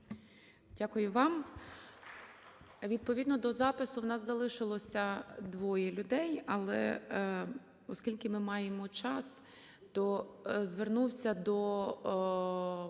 Дякую вам. Відповідно до запису в нас залишилося двоє людей, але оскільки ми маємо час, то звернувся до